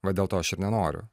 va dėl to aš ir nenoriu